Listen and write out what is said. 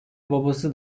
babası